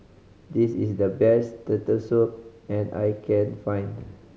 this is the best Turtle Soup and I can find